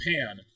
Japan